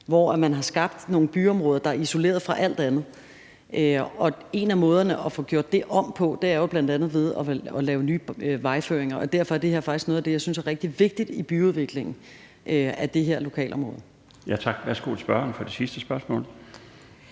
hvor man har skabt nogle byområder, der er isoleret fra alt andet. En af måderne at få lavet det om på er jo bl.a. ved at lave nye vejføringer, og derfor er det her faktisk noget af det, jeg synes er rigtig vigtigt i byudviklingen af det her lokalområde. Kl. 13:36 Den fg. formand (Bjarne Laustsen):